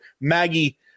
maggie